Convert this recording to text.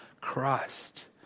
Christ